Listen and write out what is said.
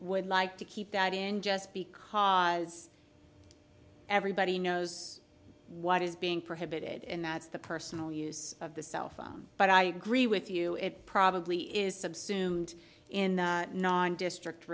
would like to keep that in just because everybody knows what is being prohibited and that's the personal use of the cell phone but i agree with you it probably is subsumed in non district